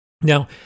Now